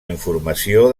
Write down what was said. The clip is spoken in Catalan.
informació